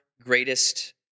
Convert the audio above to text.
greatest